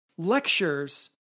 Lectures